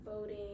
voting